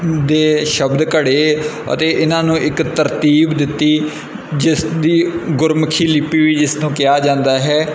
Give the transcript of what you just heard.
ਦੇ ਸ਼ਬਦ ਘੜੇ ਅਤੇ ਇਹਨਾਂ ਨੂੰ ਇੱਕ ਤਰਤੀਬ ਦਿੱਤੀ ਜਿਸ ਦੀ ਗੁਰਮੁਖੀ ਲਿਪੀ ਜਿਸ ਨੂੰ ਕਿਹਾ ਜਾਂਦਾ ਹੈ